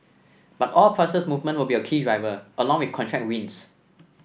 but oil price movement will be a key driver along with contract wins